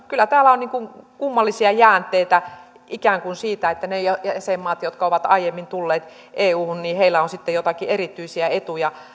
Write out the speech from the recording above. kyllä täällä on kummallisia jäänteitä ikään kuin siitä että niillä jäsenmailla jotka ovat aiemmin tulleet euhun on sitten joitakin erityisiä etuja